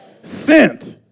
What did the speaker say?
sent